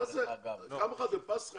קמחא דפסחא,